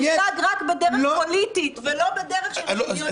מושג רק בדרך פוליטית ולא בדרך של שוויון לכולם.